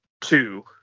two